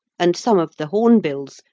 and some of the hornbills,